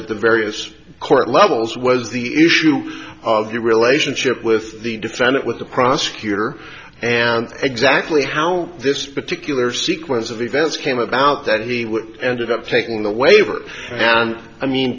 at the various court levels was the issue of the relationship with the defendant with the prosecutor and exactly how this particular sequence of events came about that he would ended up taking the waiver i mean